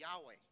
Yahweh